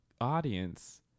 audience